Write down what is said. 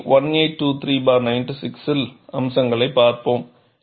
E 1823 96 இன் அம்சங்களையும் பார்ப்போம்